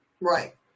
Right